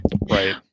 Right